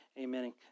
Amen